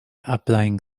applying